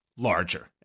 larger